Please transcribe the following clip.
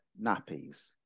nappies